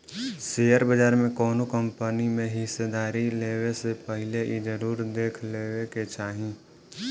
share बाजार में कौनो कंपनी में हिस्सेदारी लेबे से पहिले इ जरुर देख लेबे के चाही